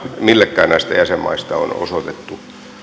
millekään näistä jäsenmaista on osoitettu